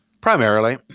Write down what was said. primarily